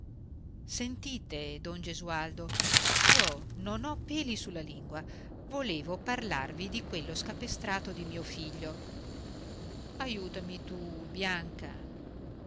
sentite don gesualdo io non ho peli sulla lingua volevo parlarvi di quello scapestrato di mio figlio aiutami tu bianca